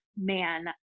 man